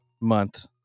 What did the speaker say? month